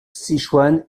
sichuan